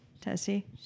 Tessie